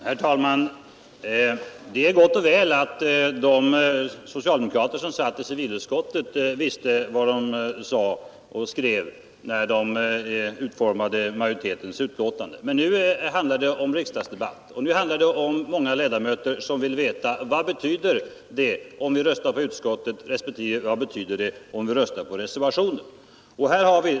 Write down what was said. Herr talman! Det är gott och väl att socialdemokraterna i civilutskottet visste vad de skrev när de utformade majoritetens utlåtande. Men nu är det många ledamöter som vill veta vad det betyder om de röstar för utskottet respektive vad det betyder om de röstar för reservationen.